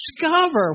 discover